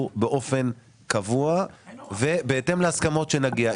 באופן קבוע ובהתאם להסכמות אליהן נגיע.